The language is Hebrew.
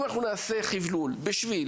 אם אנחנו נעשה חבלול ושביל,